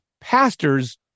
pastors